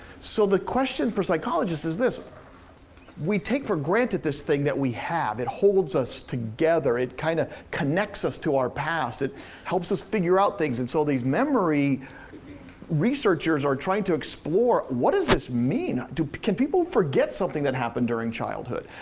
so the question for psychologists is this we take for granted this thing that we have. it holds us together, it kinda connects us to our past, it helps us figure out things. and so these memory researchers are trying to explore what does this mean? can people forget something that happened during childhood?